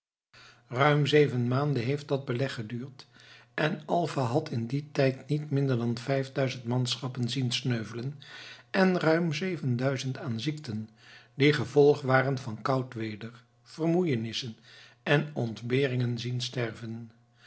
ruim zeven maanden heeft dat beleg geduurd en alva had in dien tijd niet minder dan vijfduizend manschappen zien sneuvelen en ruim zevenduizend aan ziekten die gevolgen waren van koud weder vermoeienissen en ontberingen zien sterven